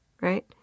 Right